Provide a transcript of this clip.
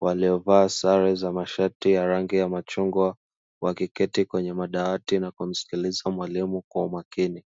waliovaa sare za mashati ya rangi ya machungwa, wakiketi kwenye madawati na kumsikiliza mwalimu kwa umakini.